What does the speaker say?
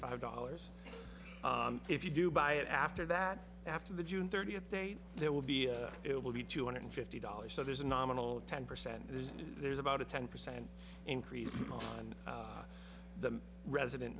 five dollars if you do buy it after that after the june thirtieth date there will be it will be two hundred fifty dollars so there's a nominal ten percent there's there's about a ten percent increase on the resident